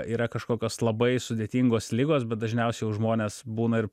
yra kažkokios labai sudėtingos ligos bet dažniausiai jau žmonės būna ir